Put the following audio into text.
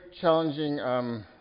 challenging